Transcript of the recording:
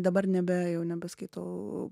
dabar nebe jau nebeskaitau